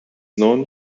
known